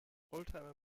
oldtimer